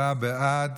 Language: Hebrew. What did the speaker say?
עשרה בעד,